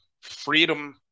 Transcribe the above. Freedom